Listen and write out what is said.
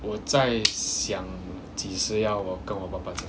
我在想几时要我跟我爸爸讲